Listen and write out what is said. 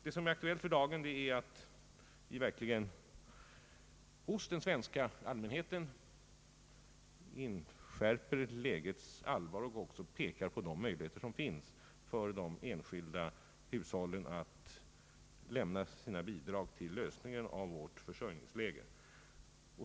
Det som är aktuellt för dagen är att vi verkligen hos den svenska allmänheten inskärper lägets allvar och pekar på de möjligheter som finns för de enskilda hushållen att lämna sina bidrag till lösningen av vårt kraftför sörjningsproblem.